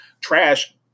trash